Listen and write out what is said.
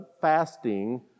fasting